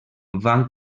van